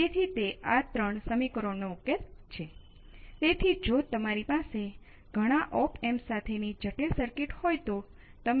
તે 5 વોલ્ટ હશે